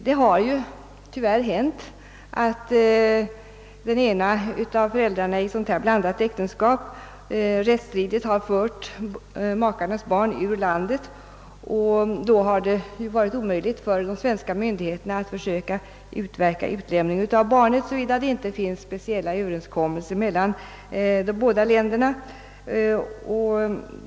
Det har ju tyvärr hänt att den ena av föräldrarna i ett sådant här blandat äktenskap rättsstridigt har fört makarnas barn ur landet. Det har då varit omöjligt för de svenska myndigheterna att försöka utverka utlämning av barnet, såvida det inte förelegat speciella överenskommelser mellan de båda länderna.